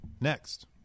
next